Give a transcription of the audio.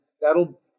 that'll